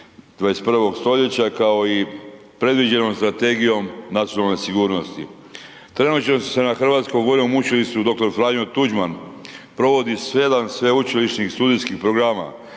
21. st. kao i predviđenom Strategijom nacionalne sigurnosti. Trenutačno se na Hrvatskom vojnom učilištu dr. Franjo Tuđman provodi 7 sveučilišnih studijskih programa,